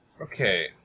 Okay